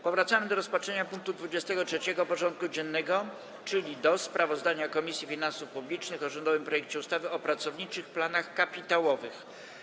Powracamy do rozpatrzenia punktu 23. porządku dziennego: Sprawozdanie Komisji Finansów Publicznych o rządowym projekcie ustawy o pracowniczych planach kapitałowych.